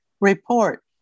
report